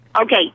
Okay